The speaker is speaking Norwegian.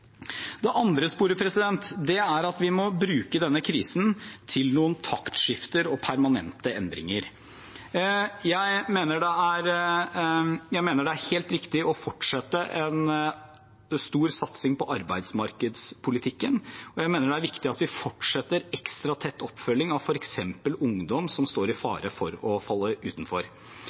Det andre sporet er at vi må bruke denne krisen til noen taktskifter og permanente endringer. Jeg mener det er helt riktig å fortsette en stor satsing på arbeidsmarkedspolitikken, og jeg mener det er viktig at vi fortsetter ekstra tett oppfølging av f.eks. ungdom som står i fare for å falle utenfor.